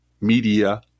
media